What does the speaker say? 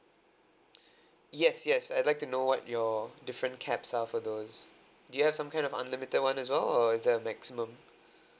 yes yes I'd like to know what your different caps are for those do you have some kind of unlimited one as well or is there a maximum